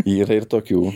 yra ir tokių